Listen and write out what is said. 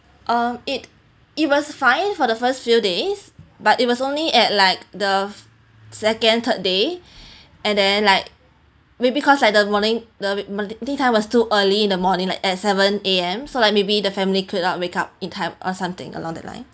uh it it was fine for the first few days but it was only at like the second third day and then like may be cause like the morning the time was too early in the morning at seven A_M so like maybe the family could not wake up in time or something along that line